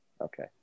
okay